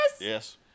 Yes